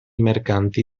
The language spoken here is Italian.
mercanti